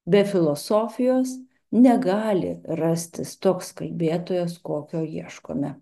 be filosofijos negali rastis toks kalbėtojas kokio ieškome